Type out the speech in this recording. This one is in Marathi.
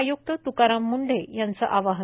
आयुक्त तुकाराम मुंढे यांचं आवाहन